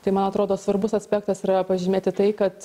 tai man atrodo svarbus aspektas yra pažymėti tai kad